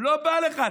לא בא לך.